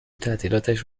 تعطیلاتش